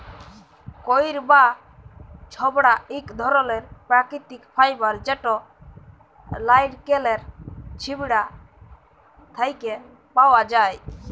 কইর বা ছবড়া ইক ধরলের পাকিতিক ফাইবার যেট লাইড়কেলের ছিবড়া থ্যাকে পাউয়া যায়